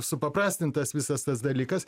supaprastintas visas tas dalykas